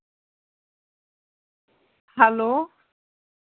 hello